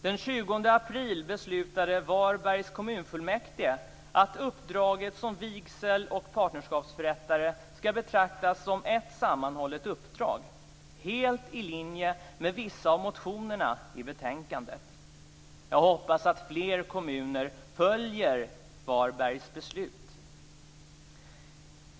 Den 20 april beslutade Varbergs kommunfullmäktige att uppdraget som vigsel och partnerskapsförrättare skall betraktas som ett sammanhållet uppdrag - helt i linje med vissa av motionerna i betänkandet. Jag hoppas att fler kommuner följer Varbergs beslut.